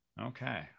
Okay